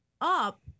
up